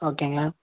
ஓகேங்க